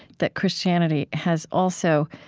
that christianity has also,